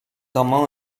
amans